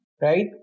right